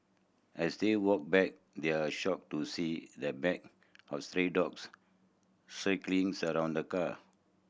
as they walked back they are shocked to see the pack of stray dogs circling around the car